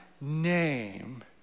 name